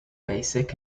basic